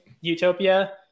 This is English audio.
utopia